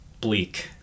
bleak